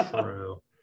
True